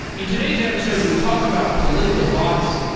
in today's episode we talk about political bots,